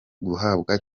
guhabwa